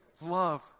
love